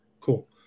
Cool